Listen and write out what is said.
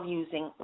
using